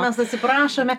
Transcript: mes atsiprašome